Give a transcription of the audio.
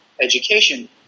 education